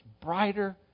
brighter